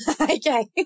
Okay